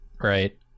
Right